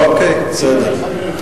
אוקיי, בסדר.